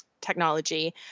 technology